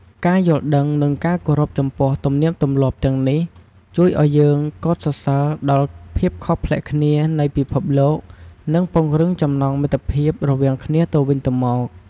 ការយល់ដឹង និងការគោរពចំពោះទំនៀមទម្លាប់ទាំងនេះជួយឱ្យយើងកោតសរសើរដល់ភាពខុសប្លែកគ្នានៃពិភពលោក និងពង្រឹងចំណងមិត្តភាពរវាងគ្នាទៅវិញទៅមក។